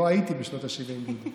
לא הייתי בשנות השבעים.